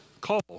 call